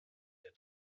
der